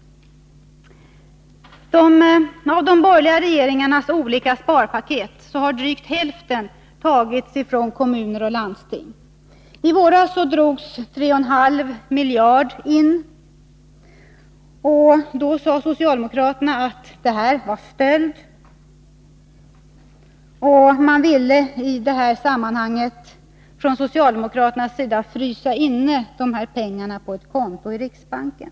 Av de borgerliga regeringarnas olika s.k. sparpaket har drygt hälften tagits från kommuner och landsting. I våras drogs 3,5 miljarder in. Då sade socialdemokraterna att det var stöld, och de ville i stället frysa inne dessa pengar på ett konto i riksbanken.